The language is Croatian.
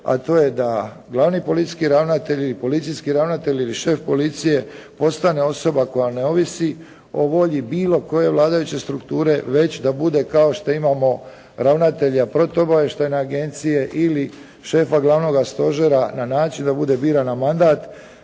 ravnatelji i policijski ravnatelji ili šef policije postane osoba koja ne ovisi o volji bilo koje vladajuće strukture već da bude kao što imamo ravnatelja protuobavještajne agencije ili šefa glavnoga stožera na način da bude biran na mandat.